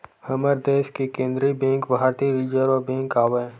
हमर देस के केंद्रीय बेंक भारतीय रिर्जव बेंक आवय